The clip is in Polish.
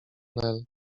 nel